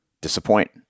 disappoint